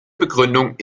begründung